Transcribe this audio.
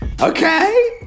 Okay